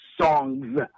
songs